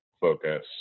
focus